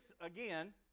again